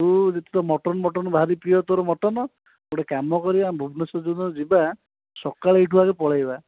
ତୁ ଯେ ତୋର ମଟନ୍ ମଟନ୍ ଭାରି ପ୍ରିୟ ତୋର ମଟନ୍ ଗୋଟେ କାମ କରିବା ଭୁବନେଶ୍ୱର ଯେଉଁ ଦିନ ଯିବା ସକାଳୁ ଏଇଠୁ ଆଗେ ପଳାଇବା